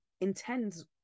intends